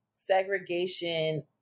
segregation